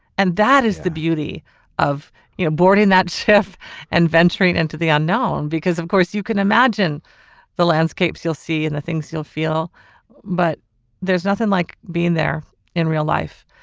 and that is the beauty of you know boarding that chef and venturing into the unknown because of course you can imagine the landscapes you'll see in the things you'll feel but there's nothing like being there in real life.